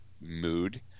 mood